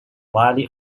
widely